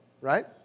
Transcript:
right